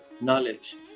knowledge